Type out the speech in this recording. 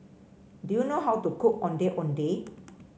do you know how to cook Ondeh Ondeh